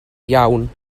iawn